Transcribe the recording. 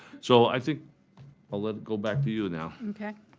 so, i think i'll let it go back to you and now.